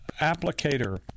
applicator